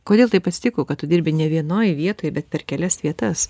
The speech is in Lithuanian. kodėl taip atsitiko kad tu dirbi ne vienoj vietoj bet per kelias vietas